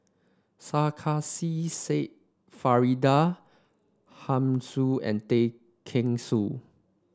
Sarkasi Said Faridah Hanum Soon and Tay Kheng Soon